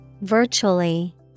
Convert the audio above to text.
Virtually